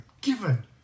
given